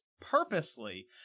purposely